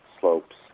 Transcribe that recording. slopes